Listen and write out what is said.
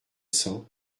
cents